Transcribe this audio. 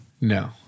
No